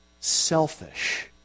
Selfish